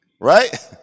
Right